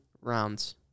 rounds